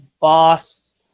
Boss